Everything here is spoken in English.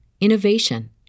innovation